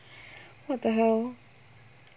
what the hell